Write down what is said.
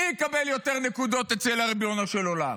מי יקבל יותר נקודות אצל ריבונו של עולם?